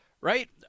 Right